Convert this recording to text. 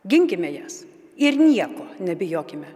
ginkime jas ir nieko nebijokime